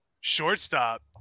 shortstop